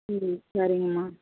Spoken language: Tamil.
ம் சரிங்கம்மா